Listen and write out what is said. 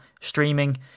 streaming